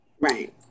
Right